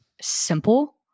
simple